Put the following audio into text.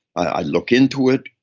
i look into it.